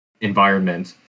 environment